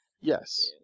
yes